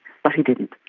but he didn't,